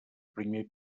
primer